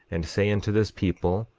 and say unto this people,